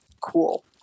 cool